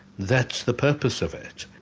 that's the purpose of it.